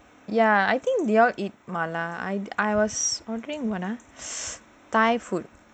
ya I think they all eat mala I I was wondering what ah thailand food